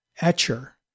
Etcher